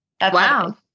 Wow